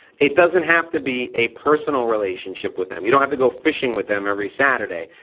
it doesn't have to be a personal relationship with them. you don't have to go fishing with them every saturday.